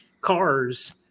cars